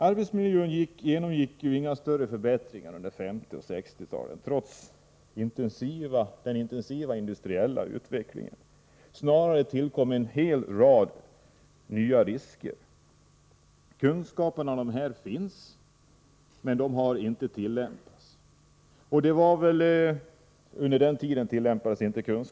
Arbetsmiljön genomgick inga större förbättringar under 1950 och 1960 talen, trots den intensiva industriella utvecklingen. Snarare tillkom en hel rad nya risker. Kunskap om dessa fanns, men de tillämpades inte.